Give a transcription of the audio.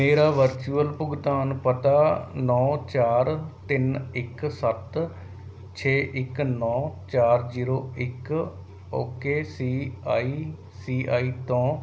ਮੇਰਾ ਵਰਚੁਅਲ ਭੁਗਤਾਨ ਪਤਾ ਨੌਂ ਚਾਰ ਤਿੰਨ ਇੱਕ ਸੱਤ ਛੇ ਇੱਕ ਨੌਂ ਚਾਰ ਜੀਰੋ ਇੱਕ okay C I C I ਤੋਂ